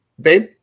Babe